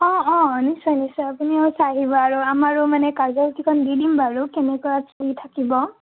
অঁ অঁ নিশ্চয় নিশ্চয় আপুনিও চাই আহিব আৰু আমাৰো মানে কাৰ্য্য়সূচীখন দি দিম বাৰু কেনেকুৱা কি থাকিব